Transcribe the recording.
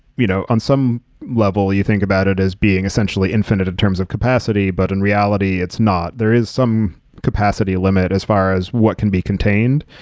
you know on some level you think about it as being essentially infinite in terms of capacity, but in reality it's not. there is some capacity limit as far as what can be contained.